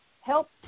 help